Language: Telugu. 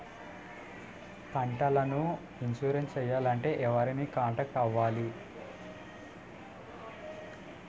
పంటకు ఇన్సురెన్స్ చేయాలంటే ఎవరిని కాంటాక్ట్ అవ్వాలి?